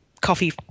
coffee